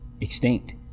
extinct